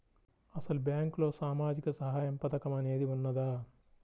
అసలు బ్యాంక్లో సామాజిక సహాయం పథకం అనేది వున్నదా?